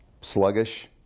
sluggish